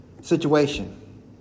situation